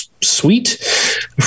Sweet